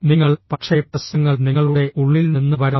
നിങ്ങൾ പക്ഷേ പ്രശ്നങ്ങൾ നിങ്ങളുടെ ഉള്ളിൽ നിന്ന് വരാം